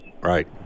Right